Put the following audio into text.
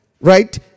right